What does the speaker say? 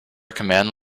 command